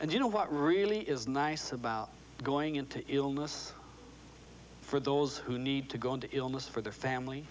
and you know what really is nice about going in to illness for those who need to go into illness for their family